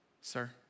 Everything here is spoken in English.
sir